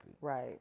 Right